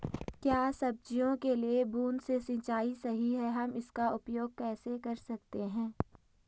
क्या सब्जियों के लिए बूँद से सिंचाई सही है हम इसका उपयोग कैसे कर सकते हैं?